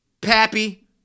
Pappy